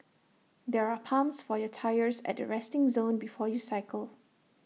there are pumps for your tyres at the resting zone before you cycle